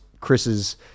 Chris's